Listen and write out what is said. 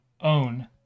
own